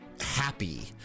happy